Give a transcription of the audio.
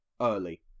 early